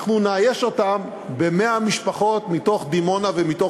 אנחנו נאייש אותן ב-100 משפחות מתוך דימונה ומתוך